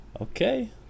Okay